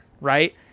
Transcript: right